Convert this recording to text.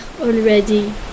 already